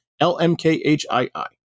L-M-K-H-I-I